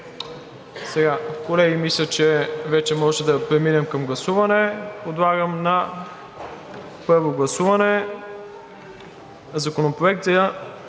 Колеги, вече може да преминем към гласуване. Подлагам на първо гласуване Законопроектът